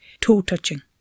toe-touching